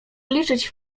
liczyć